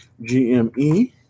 GME